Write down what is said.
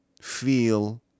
feel